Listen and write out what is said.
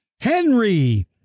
Henry